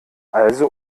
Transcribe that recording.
also